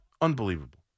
unbelievable